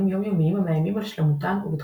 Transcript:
יום-יומיים המאיימים על שלמותן וביטחונן.